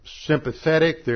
sympathetic